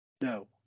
no